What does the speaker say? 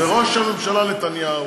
וראש הממשלה נתניהו